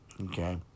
Okay